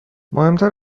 مهمتر